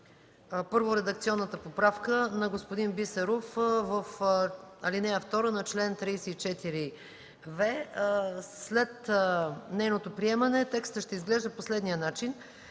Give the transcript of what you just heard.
първо редакционната поправка на господин Бисеров в ал. 2 на чл. 34в. След нейното приемане текстът ще изглежда по следния начин: